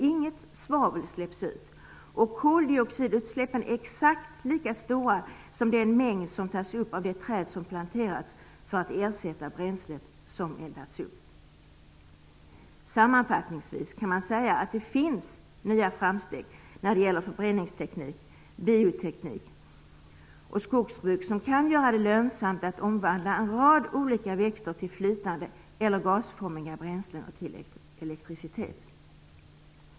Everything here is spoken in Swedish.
Inget svavel släpps ut och koldioxidutsläppen är exakt lika stora som den mängd som tas upp av de träd som planterats för att ersätta bränslet som eldats upp. Sammanfattningsvis kan man säga att det finns nya framsteg när det gäller förbränningsteknik, bioteknik och skogsbruk som kan göra det lönsamt att omvandla en rad olika växter till flytande eller gasformiga bränslen och till elektricitet.